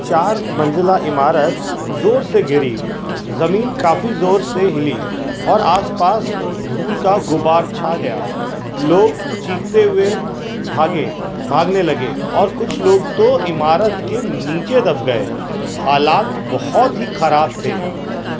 چار منزلہ عمارت زور سے گری زمین کافی زور سے ہلی اور آس پاس دھول کا غبار چھا گیا لوگ چیختے ہوئے بھاگے بھاگنے لگے اور کچھ لوگ تو عمارت کے نیچے دب گئے حالات بہت ہی خراب تھے